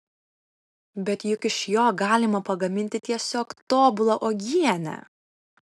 bet juk iš jo galima pagaminti tiesiog tobulą uogienę